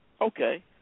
Okay